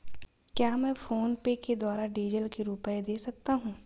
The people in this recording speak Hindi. क्या मैं फोनपे के द्वारा डीज़ल के रुपए दे सकता हूं?